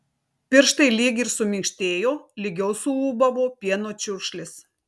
pirštai lyg ir suminkštėjo lygiau suūbavo pieno čiurkšlės